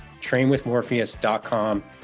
trainwithmorpheus.com